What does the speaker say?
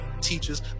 teachers